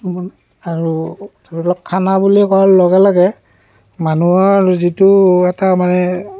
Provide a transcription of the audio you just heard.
আৰু খানা বুলি কোৱাৰ লগে লগে মানুহৰ যিটো এটা মানে